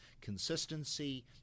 consistency